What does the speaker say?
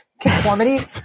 conformity